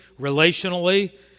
relationally